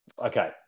okay